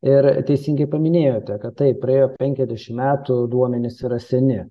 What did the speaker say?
ir teisingai paminėjote kad taip praėjo penkiasdešim metų duomenys yra seni